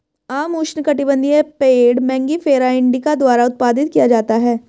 आम उष्णकटिबंधीय पेड़ मैंगिफेरा इंडिका द्वारा उत्पादित किया जाता है